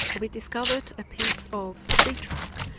we discovered a piece of tree trunk.